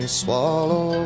swallow